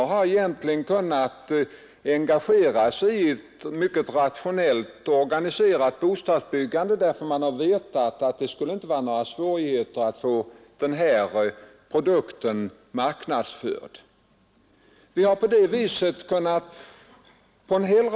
Vi har producerat nya lägenheter eller iståndsatt det gamla bostadsbeståndet i sådan omfattning att ungefär 300 000 människor varje år kunnat flytta in i moderna lägenheter.